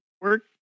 Work